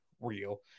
real